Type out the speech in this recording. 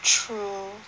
true